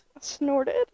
snorted